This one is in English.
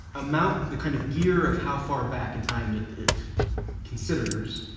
amount, the kind of gear of how far back in time it it considers,